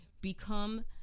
become